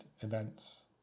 events